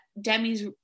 Demi's